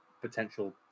potential